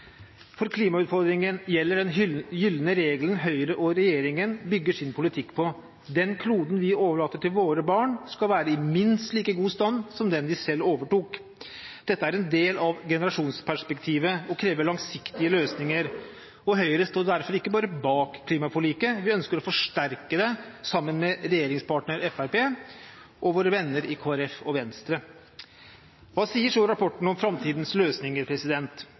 For klimautfordringen gjelder den gylne regelen Høyre og regjeringen bygger sin politikk på: Den kloden vi overlater til våre barn, skal være i minst like god stand som den vi selv overtok. Dette er en del av generasjonsperspektivet og krever langsiktige løsninger. Høyre står derfor ikke bare bak klimaforliket, vi ønsker å forsterke det sammen med regjeringspartner Fremskrittspartiet og våre venner i Kristelig Folkeparti og Venstre. Hva sier så rapporten om framtidens løsninger?